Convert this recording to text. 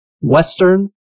Western